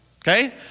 Okay